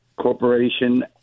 Corporation